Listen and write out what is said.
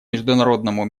международному